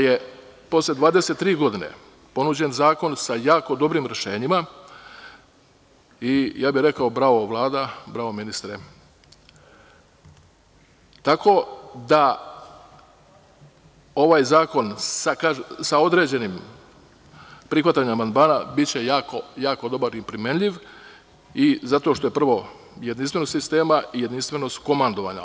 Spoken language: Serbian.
S obzirom da je posle 23 godine ponuđen zakon sa jako dobrim rešenjima, rekao bih bravo Vlada, bravo ministre, tako da će ovaj zakon sa određenim prihvatanjem amandmana biti jako dobar i primenjiv, jer je deo jedinstvenog sistema i jedinstvena su komandovanja.